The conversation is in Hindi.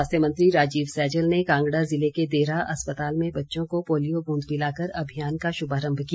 स्वास्थ्य मंत्री राजीव सैजल ने कांगड़ा ज़िले के देहरा अस्पताल में बच्चों को पोलियो बूंद पिलाकर अभियान का शुभारंभ किया